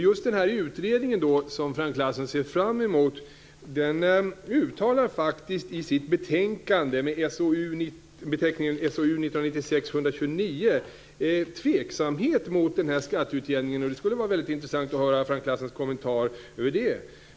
Just den utredning som Frank Lassen ser fram emot uttalar faktiskt i sitt betänkande, med beteckningen SOU 1996:129, tveksamhet mot den här skatteutjämningen. Det skulle vara mycket intressant att höra Frank Lassens kommentar till det.